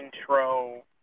intro